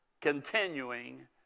continuing